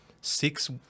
six